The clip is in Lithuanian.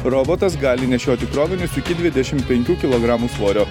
robotas gali nešioti krovinius iki dvidešimt penkių kilogramų svorio